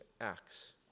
Acts